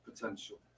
potential